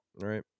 right